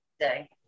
today